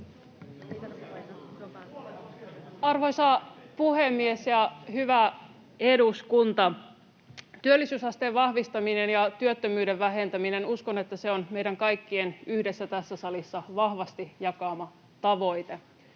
Arvoisa puhemies ja hyvä eduskunta! Työllisyysasteen vahvistaminen ja työttömyyden vähentäminen — uskon, että se on meidän kaikkien yhdessä tässä salissa vahvasti jakama tavoite.